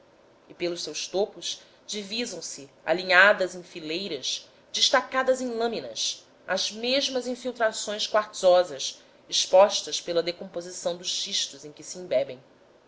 e pelos seus topos divisamse alinhadas em fileiras destacadas em lâminas as mesmas infiltrações quartzosas expostas pela decomposição dos xistos em que se embebem